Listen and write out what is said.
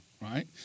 right